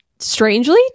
strangely